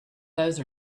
those